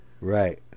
right